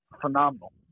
phenomenal